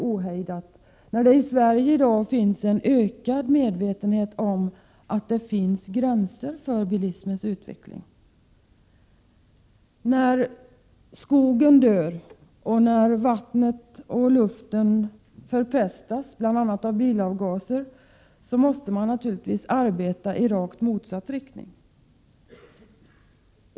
Med tanke på den ökade medvetenheten i Sverige i dag om att det finns gränser för bilismens utveckling och med tanke på att skogen dör och vattnet och luften förpestas— bl.a. av bilavgaser — måste man, naturligtvis, arbeta i rakt motsatt riktning.